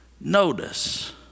notice